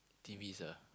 T_Vs ah